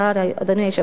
אדוני היושב-ראש.